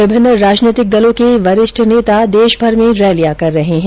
विभिन्न राजनीतिक दलों के वरिष्ठ नेता देशभर में रैलियां कर रहे हैं